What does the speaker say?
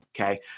Okay